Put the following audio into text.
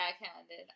backhanded